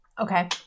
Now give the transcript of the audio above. Okay